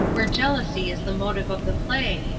where jealousy is the motive of the play,